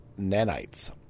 nanites